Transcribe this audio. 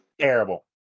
Terrible